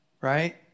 right